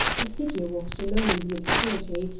a figure walked alone in the obscurity,